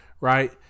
right